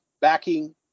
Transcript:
backing